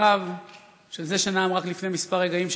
לדבריו של זה שנאם רק לפני מספר רגעים,